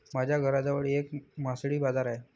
माझ्या घराजवळ एक मासळी बाजार आहे